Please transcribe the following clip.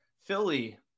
Philly